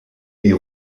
est